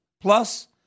Plus